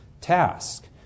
task